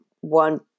one